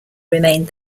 remained